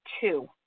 two